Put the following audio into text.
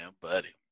buddy